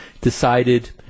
decided